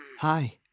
Hi